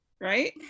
right